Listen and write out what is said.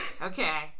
Okay